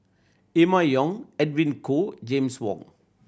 Emma Yong Edwin Koo James Wong